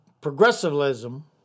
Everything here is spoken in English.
progressivism